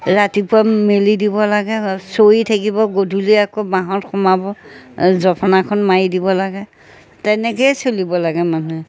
ৰাতিপুৱা মেলি দিব লাগে চৰি থাকিব গধূলি আকৌ বাঁহত সোমাব জপনাখন মাৰি দিব লাগে তেনেকৈয়ে চলিব লাগে মানুহে